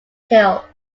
hill